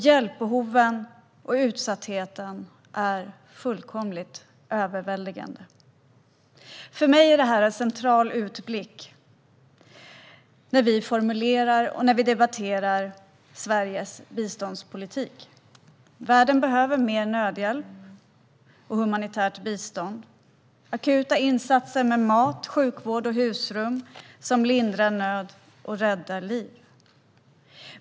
Hjälpbehoven och utsattheten är fullkomligt överväldigande. För mig är detta en central utblick när vi formulerar och debatterar Sveriges biståndspolitik. Världen behöver mer nödhjälp och humanitärt bistånd. Det behövs akuta insatser med mat, sjukvård och husrum som lindrar nöd och räddar liv.